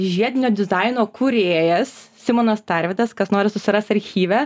žiedinio dizaino kūrėjas simonas tarvydas kas nori susiras archyve